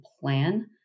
plan